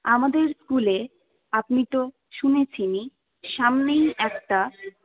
আমাদের স্কুলে আপনি তো শুনেছেনই সামনেই একটা